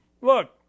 Look